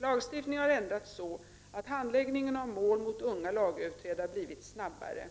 Lagstiftningen har ändrats så att handläggningen av mål mot unga lagöverträdare blivit snabbare.